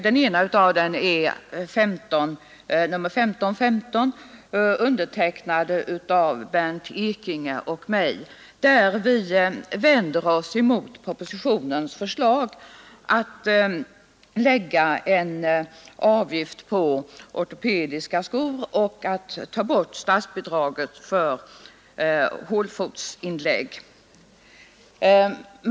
Den ena av dem är motionen 1515, undertecknad av Bernt Ekinge och mig, där vi vänder oss emot propositionens förslag att lägga en avgift på ortopediska skor och att ta bort statsbidraget för hålfotsinlägg.